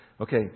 Okay